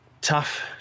tough